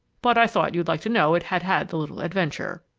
but i thought you'd like to know it had had the little adventure!